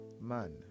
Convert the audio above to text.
man